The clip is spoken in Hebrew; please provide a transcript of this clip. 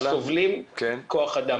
סובלים מכח אדם.